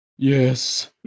Yes